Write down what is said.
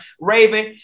Raven